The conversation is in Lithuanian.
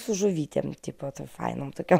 su žuvytėm tipo fainom tokiom